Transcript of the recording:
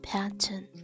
Pattern